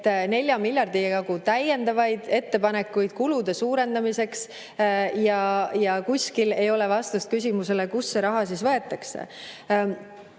Nelja miljardi jagu täiendavaid ettepanekuid kulude suurendamiseks, aga kuskil ei ole vastust küsimusele, kust see raha võetakse. Teie